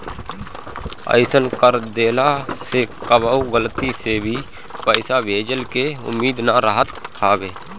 अइसन कर देहला से कबो गलती से भे पईसा भेजइला के उम्मीद ना रहत हवे